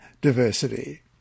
diversity